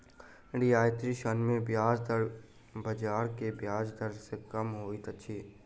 रियायती ऋण मे ब्याज दर बाजार के ब्याज दर सॅ कम होइत अछि